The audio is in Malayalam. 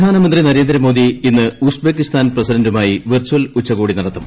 പ്രധാനമന്ത്രി നരേന്ദ്രമോദി ഇന്ന് ഉസ്ബെക്കിസ്ഥാൻ പ്രസിഡന്റുമായി വെർച്ചൽ ഉച്ചകോടി നടത്തും